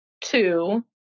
two